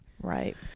Right